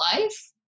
life